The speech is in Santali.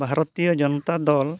ᱵᱷᱟᱨᱚᱛᱤᱭᱚ ᱡᱚᱱᱚᱛᱟ ᱫᱚᱞ